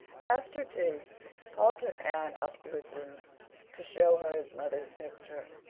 after tea paul took anne up to his room to show her his mother's picture,